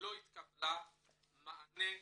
לא התקבל מענה